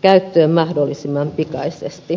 käyttöön mahdollisimman pikaisesti